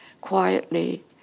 quietly